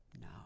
No